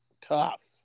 Tough